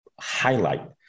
highlight